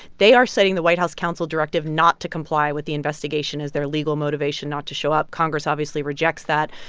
they are setting the white house council directive not to comply with the investigation as their legal motivation not to show up. congress, obviously, rejects that.